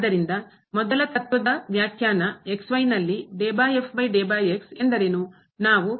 ಆದ್ದರಿಂದ ಮೊದಲ ತತ್ವದ ವ್ಯಾಖ್ಯಾನ ಫಸ್ಟ್ ಪ್ರಿನ್ಸಿಪಲ್ ನಲ್ಲಿ ಎಂದರೇನು